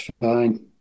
Fine